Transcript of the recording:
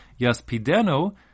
yaspideno